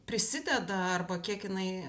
prisideda arba kiek jinai